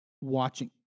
watching